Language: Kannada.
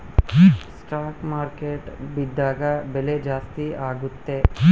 ಸ್ಟಾಕ್ ಮಾರ್ಕೆಟ್ ಬಿದ್ದಾಗ ಬೆಲೆ ಜಾಸ್ತಿ ಆಗುತ್ತೆ